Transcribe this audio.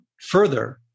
further